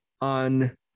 on